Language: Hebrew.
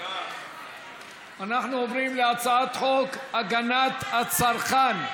אנחנו עוברים להצעת חוק הגנת הצרכן.